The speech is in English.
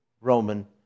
Roman